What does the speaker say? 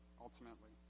ultimately